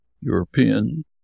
European